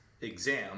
exam